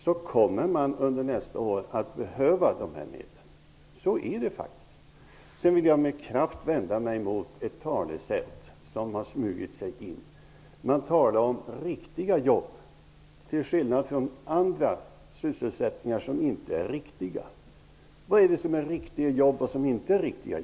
Så är det faktiskt. Jag vill med kraft vända mig mot ett talesätt som har smugit sig in i debatten. Det har talats om ''riktiga jobb'', till skillnad från andra sysselsättningar, som inte är ''riktiga''. Vad är ''riktiga jobb'', och vad är det inte?